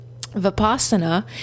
Vipassana